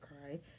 cry